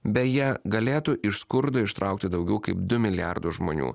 beje galėtų iš skurdo ištraukti daugiau kaip du milijardus žmonių